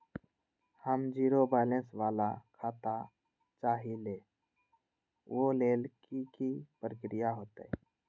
हम zero balance वाला खाता चाहइले वो लेल की की प्रक्रिया होतई?